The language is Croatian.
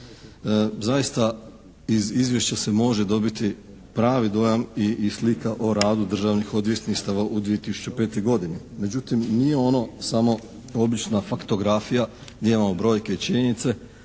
zaista iz Izvješća se može dobiti pravi dojam i slika o radu državnih odvjetništava u 2005. godini. Međutim, nije ono samo obična faktografija gdje imamo brojke i činjenice,